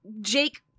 Jake